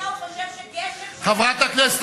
נתניהו חושב שגשם, חברת הכנסת